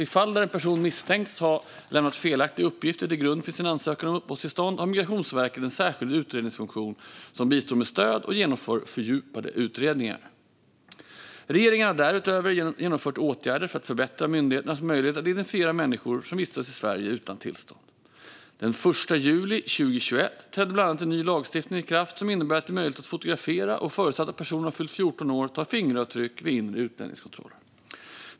Vid fall där en person misstänks ha lämnat felaktiga uppgifter till grund för sin ansökan om uppehållstillstånd har Migrationsverket en särskild utredningsfunktion som bistår med stöd och genomför fördjupade utredningar. Regeringen har därutöver genomfört åtgärder för att förbättra myndigheternas möjligheter att identifiera människor som vistas i Sverige utan tillstånd. Den 1 juli 2021 trädde bland annat en ny lagstiftning i kraft som innebär att det är möjligt att fotografera och, förutsatt att personen har fyllt 14 år, ta fingeravtryck vid inre utlänningskontroller.